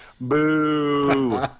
Boo